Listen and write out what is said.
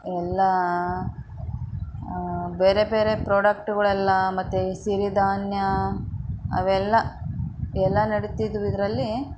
ಎಲ್ಲ ಬೇರೆ ಬೇರೆ ಪ್ರಾಡಕ್ಟುಗಳೆಲ್ಲ ಮತ್ತು ಈ ಸಿರಿಧಾನ್ಯ ಅವೆಲ್ಲ ಎಲ್ಲ ನಡೀತಿದ್ವು ಇದರಲ್ಲಿ